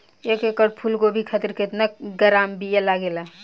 एक एकड़ फूल गोभी खातिर केतना ग्राम बीया लागेला?